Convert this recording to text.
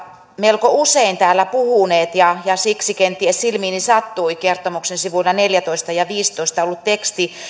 melko usein täällä puhuneet ja ja siksi kenties silmiini sattui kertomuksen sivuilla neljätoista ja viisitoista ollut teksti